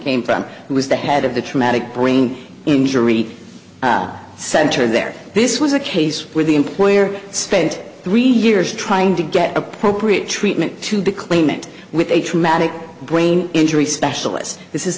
came from who was the head of the traumatic brain injury center there this was a case where the employer spent three years trying to get appropriate treatment to declaim it with a traumatic brain injury specialist this is